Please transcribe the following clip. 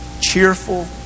Cheerful